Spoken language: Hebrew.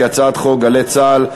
חוק גלי צה"ל,